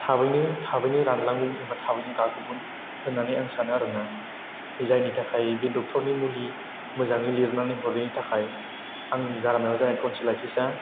थाबैनो रानलांगौमोन एबा थाबैनो गागौमोन होननानै आं सानो आरो ना जायनि थाखाय बे डक्टरनि मुलि मोजाङै लिरनानै हरैनि थाखाय आंनि गारामायाव जानाय टन्सिलाइटिसा